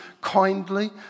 kindly